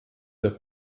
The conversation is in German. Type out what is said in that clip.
der